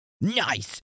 Nice